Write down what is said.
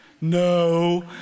No